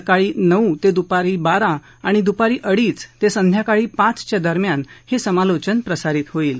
सकाळ नऊ ते दुपार बारा आणि दुपार अडीच ते संध्याकाळ पाच दरम्यान हे समालोचन प्रसारीत होईल